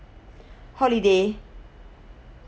holiday